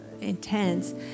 intense